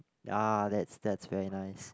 ah that's that's very nice